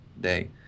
day